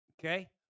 okay